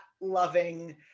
loving